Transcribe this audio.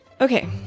Okay